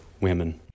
women